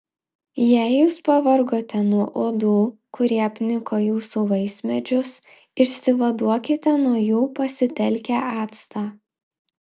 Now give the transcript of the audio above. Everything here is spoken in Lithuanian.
jei jūs pavargote nuo uodų kurie apniko jūsų vaismedžius išsivaduokite nuo jų pasitelkę actą